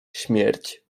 śmierć